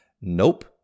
Nope